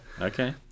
Okay